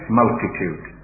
multitude